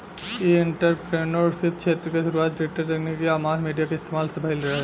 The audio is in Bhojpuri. इ एंटरप्रेन्योरशिप क्षेत्र के शुरुआत डिजिटल तकनीक आ मास मीडिया के इस्तमाल से भईल रहे